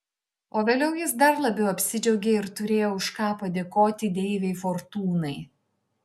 o vėliau jis dar labiau apsidžiaugė ir turėjo už ką padėkoti deivei fortūnai